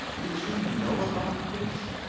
did you know about this?